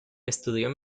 estudió